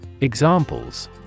examples